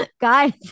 guys